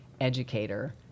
educator